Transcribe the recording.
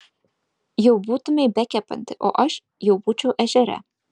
jau būtumei bekepanti o aš jau būčiau ežere